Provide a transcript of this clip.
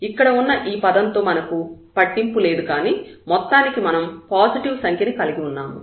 ఇక్కడ ఉన్న ఈ పదం తో మనకు పట్టింపు లేదు కానీ మొత్తానికి మనం పాజిటివ్ సంఖ్య ని కలిగి ఉన్నాము